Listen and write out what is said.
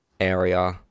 area